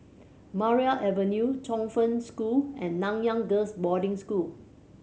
Maria Avenue Chongfu School and Nanyang Girls' Boarding School